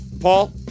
Paul